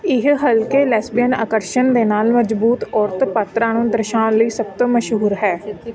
ਇਹ ਹਲਕੇ ਲੈਸਬੀਅਨ ਆਕਰਸ਼ਣ ਦੇ ਨਾਲ ਮਜ਼ਬੂਤ ਔਰਤ ਪਾਤਰਾਂ ਨੂੰ ਦਰਸਾਉਣ ਲਈ ਸਭ ਤੋਂ ਮਸ਼ਹੂਰ ਹੈ